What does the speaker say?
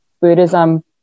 Buddhism